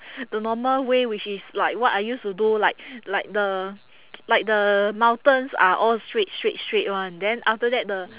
the normal way which is like what I used to do like like the like the mountains are all straight straight straight [one] then after that the